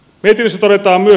mietinnössä todetaan myös